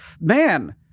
Man